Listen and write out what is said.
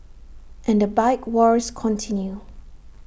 and the bike wars continue